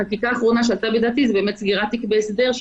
החקיקה האחרונה שעלתה בדעתי זה סגירת תיק בהסדר,